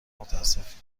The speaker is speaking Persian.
متاسفیم